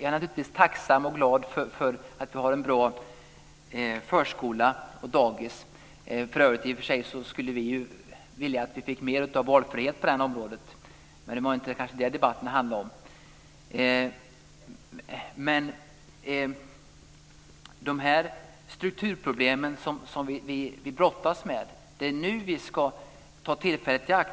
är naturligtvis tacksam och glad för att vi har en bra förskola och dagis. För övrigt skulle vi vilja att vi fick mer av valfrihet på det området. Men det var kanske inte det debatten handlade om. När det gäller de strukturproblem vi brottas med är det nu vi ska ta tillfället i akt.